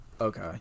Okay